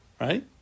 right